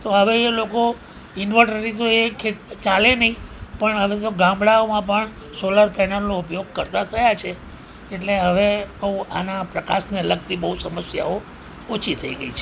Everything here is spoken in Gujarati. તો હવે એ લોકો ઈન્વર્ટરથી તો એ ખે ચાલે નહીં પણ હવે તો ગામડાઓમાં પણ સોલાર પેનલનો ઉપયોગ કરતા થયા છે એટલે હવે આના પ્રકાશને લાગતી બહુ સમસ્યાઓ ઓછી થઈ ગઈ છે